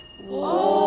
Whoa